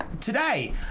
today